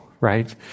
right